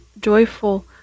joyful